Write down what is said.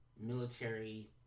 military